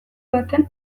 baten